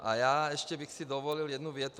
A ještě bych si dovolil jednu větu.